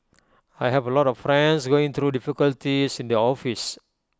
I have A lot of friends going through difficulties in the office